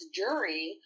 jury